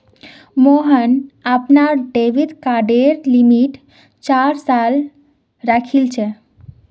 मोहन अपनार डेबिट कार्डेर लिमिट चार लाख राखिलछेक